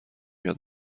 یاد